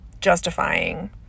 Justifying